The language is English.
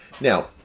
Now